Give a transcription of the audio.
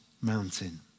mountain